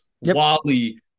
Wally